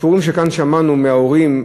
הסיפורים ששמענו כאן מההורים,